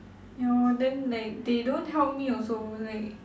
you know then like they don't help me also like